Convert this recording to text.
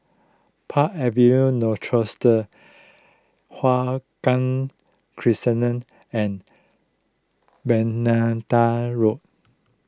Park Rochester Hua Guan and Bermuda Road